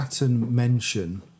mention